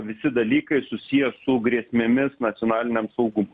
visi dalykai susiję su grėsmėmis nacionaliniam saugumui